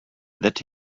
that